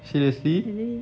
seriously